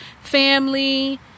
family